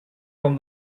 from